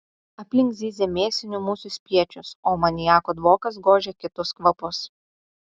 aplink zyzė mėsinių musių spiečius o amoniako dvokas gožė kitus kvapus